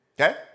Okay